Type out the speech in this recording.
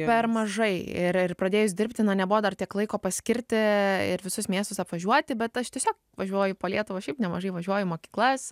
per mažai ir ir pradėjus dirbti na nebuvo dar tiek laiko paskirti ir visus miestus apvažiuoti bet aš tiesiog važiuoju po lietuvą šiaip nemažai važiuoju į mokyklas